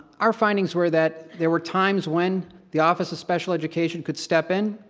our findings were that there were times when the office of special education could step in,